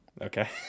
Okay